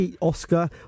Oscar